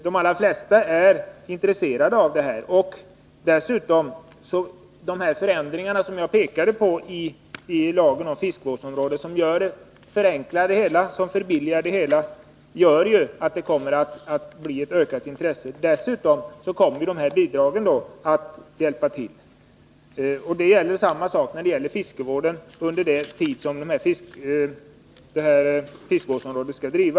De allra flesta är intresserade av att bilda fiskevårdsområden. Även de förändringar i lagen om fiskevårdsområden som jag pekade på och som förenklar och förbilligar bildandet av fiskevårdsområden gör ju att det kommer att bli ett ökat intresse. Dessutom tillkommer bidragen som en ytterligare stimulans. Samma sak gäller för fiskevården under den tid ett fiskevårdsområde drivs.